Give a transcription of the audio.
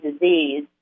disease